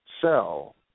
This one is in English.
sell